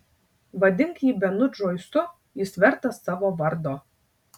vadink jį benu džoisu jis vertas savo vardo